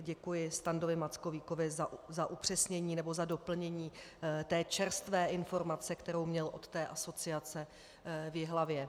Děkuji Standovi Mackovíkovi za upřesnění, nebo za doplnění čerstvé informace, kterou měl od té asociace v Jihlavě.